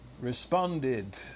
responded